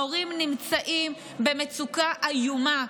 ההורים נמצאים במצוקה איומה.